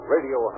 Radio